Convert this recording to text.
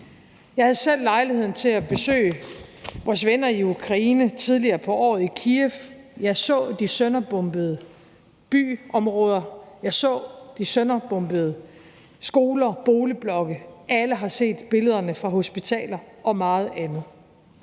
Jeg havde selv lejlighed til at besøge vores venner i Ukraine tidligere på året i Kyiv. Jeg så de sønderbombede byområder, jeg så de sønderbombede skoler og boligblokke. Alle har set billederne fra hospitaler og meget andet.